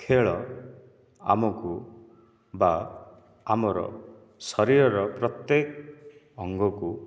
ଖେଳ ଆମକୁ ବା ଆମର ଶରୀରର ପ୍ରତ୍ୟେକ ଅଙ୍ଗକୁ